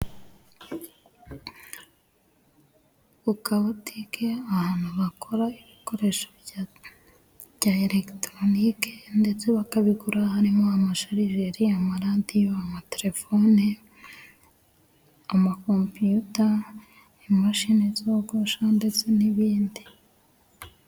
Ku kabutike ahantu bakora ibikoresho bya elegitoronike ndetse bakabigura. Harimo amasharijeri, amaradiyo, amatelefone ama kompiyuta, imashini zogosha ndetse n'ibindi.